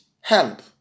help